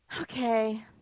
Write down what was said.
okay